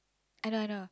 eyeliner